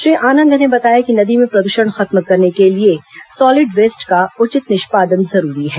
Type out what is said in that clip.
श्री आनंद ने बताया कि नदी में प्रदूषण खत्म करने के लिए सॉलिड वेस्ट का उचित निष्पादन जरूरी है